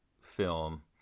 film